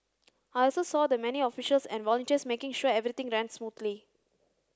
I also saw the many officials and volunteers making sure everything ran smoothly